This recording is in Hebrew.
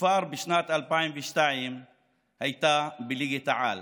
וכבר בשנת 2002 הייתה בליגת-העל.